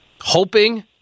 hoping